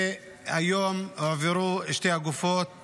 היום הועברו שתי הגופות